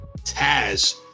Taz